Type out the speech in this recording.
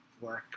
work